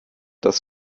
das